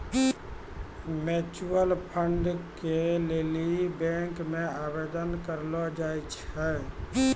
mutual fund के लेली bank मे आवेदन करलो जाय छै